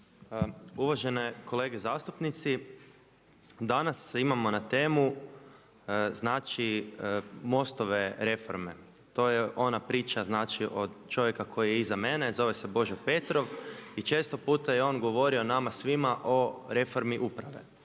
Uvažene kolege zastupnici danas imamo na temu znači MOST-ove reforme. To je ona priča znači od čovjeka koji je iza mene a zove se Božo Petrov i često puta je on govorio nama svima o reformi uprave.